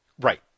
right